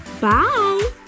Bye